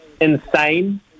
insane